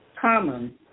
common